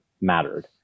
mattered